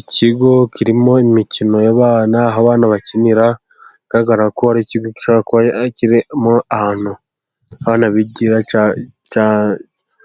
Ikigo kirimo imikino y'abana, aho abana bakinira kigaragara ko kigamo abana, hari